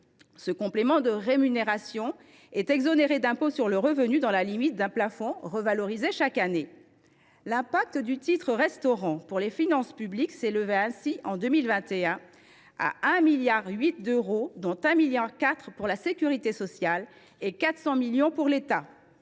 Ce complément de rémunération est exonéré d’impôt sur le revenu dans la limite d’un plafond revalorisé chaque année. L’impact du titre restaurant pour les finances publiques s’élevait ainsi, en 2021, à 1,8 milliard d’euros : 1,4 milliard d’euros pour la sécurité sociale et 400 millions d’euros pour l’État.